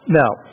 now